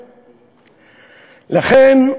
לכן,